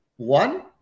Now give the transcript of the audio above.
One